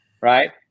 Right